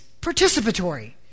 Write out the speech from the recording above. participatory